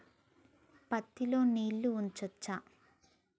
పత్తి లో నీళ్లు ఉంచచ్చా?